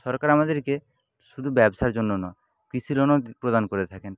সরকার আমাদেরকে শুধু ব্যবসার জন্য না কৃষিলোনও প্রদান করে থাকেন